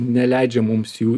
neleidžia mums jų